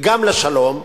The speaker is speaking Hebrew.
וגם לשלום,